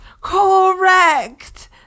Correct